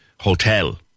hotel